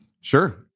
Sure